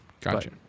Gotcha